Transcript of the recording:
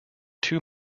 two